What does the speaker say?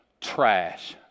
trash